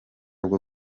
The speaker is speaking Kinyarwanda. bwo